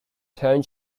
turned